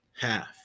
half